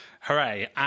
hooray